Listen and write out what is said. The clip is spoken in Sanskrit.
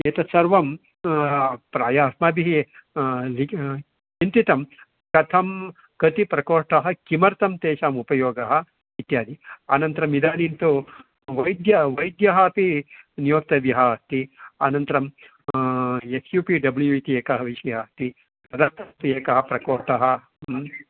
एतत् सर्वं प्रायः अस्माभिः लिक् चिन्तितं कथं कति प्रकोष्ठाः किमर्थं तेषाम् उपयोगः इत्यादि अनन्तरम् इदानीं तु वैद्यः वैद्यः अपि नियोक्तव्यः अस्ति अनन्तरं एस् यू पी डबल्यू इति एकः विषयः अस्ति तदर्थम् एकः प्रकोष्ठः